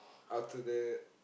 after that